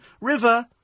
River